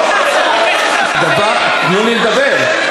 תנו לי לדבר.